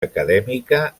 acadèmica